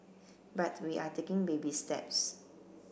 but we are taking baby steps